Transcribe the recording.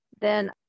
then-